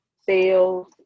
sales